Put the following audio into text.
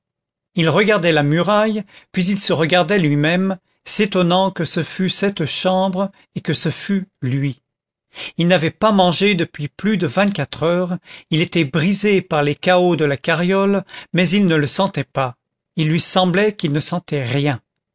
il regardait la muraille puis il se regardait lui-même s'étonnant que ce fût cette chambre et que ce fût lui il n'avait pas mangé depuis plus de vingt-quatre heures il était brisé par les cahots de la carriole mais il ne le sentait pas il lui semblait qu'il ne sentait rien